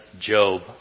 Job